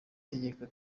tegeko